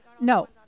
No